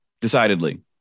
Decidedly